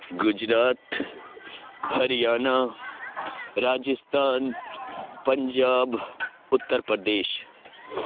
Gujarat Haryana Rajasthan Punjab Uttar Pradesh